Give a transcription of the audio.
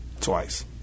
twice